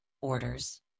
orders